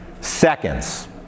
Seconds